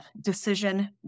decision